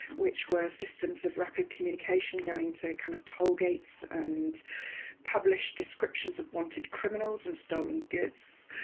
which were systems of rapid communication going to kind of tollgates and published descriptions of wanted criminals and stolen goods.